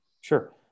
Sure